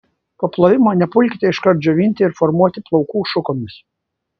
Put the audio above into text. po plovimo nepulkite iškart džiovinti ir formuoti plaukų šukomis